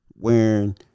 wearing